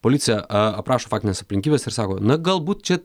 policija a aprašo faktines aplinkybes ir sako na galbūt čia